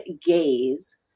gaze